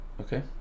Okay